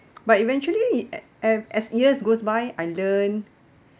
but eventually at as as years goes by I learned